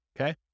Okay